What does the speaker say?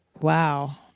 Wow